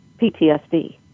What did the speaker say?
PTSD